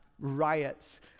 riots